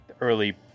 early